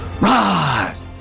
rise